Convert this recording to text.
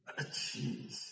Jeez